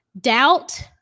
Doubt